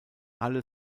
alle